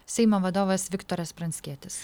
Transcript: seimo vadovas viktoras pranckietis